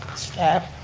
staff,